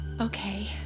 Okay